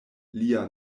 lia